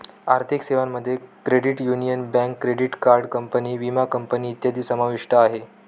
आर्थिक सेवांमध्ये credit union, bank, credit card company, विमा कंपनी इत्यादी समाविष्ट आहे